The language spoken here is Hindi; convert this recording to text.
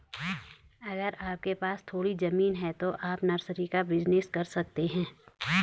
अगर आपके पास थोड़ी ज़मीन है तो आप नर्सरी का बिज़नेस कर सकते है